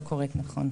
הממשלה.